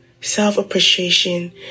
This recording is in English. Self-appreciation